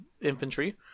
infantry